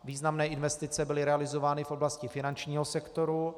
Významné investice byly realizovány v oblasti finančního sektoru.